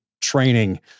training